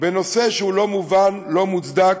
בנושא שהוא לא מובן, לא מוצדק,